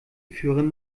führen